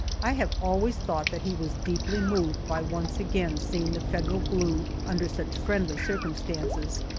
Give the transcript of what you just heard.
i have always thought that he was deeply moved by once again seeing the federal blue under such friendly circumstances,